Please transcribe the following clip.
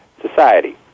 society